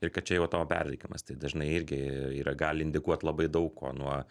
ir kad čia jau tau perdegimas tai dažnai irgi yra gali indikuot labai daug kuo nuo